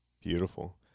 beautiful